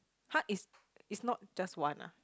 !huh! it's it's not just one ah